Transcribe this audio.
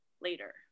Later